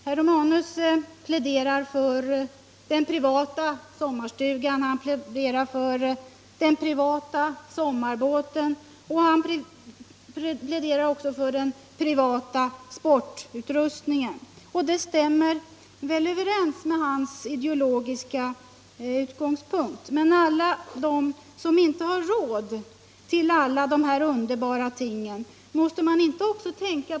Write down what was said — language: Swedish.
Herr Romanus pläderar för den privata sommarstugan, den privata fritidsbåten och för den privata sportutrustningen. Det stämmer väl överens med hans ideologiska utgångspunkt. Men måste man inte också tänka litet på dem som inte har råd med alla de här underbara tingen, herr Romanus?